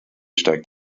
steigt